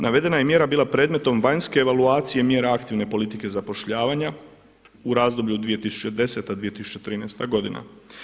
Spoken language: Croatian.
Navedena je mjera bila predmetom vanjske evaluacije mjera aktivne politike zapošljavanja u razdoblju 2010.-2013. godina.